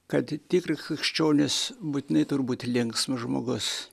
kad tikri krikščionis būtinai turi būt linksmas žmogus